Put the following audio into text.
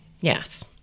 Yes